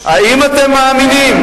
האם אתם מאמינים,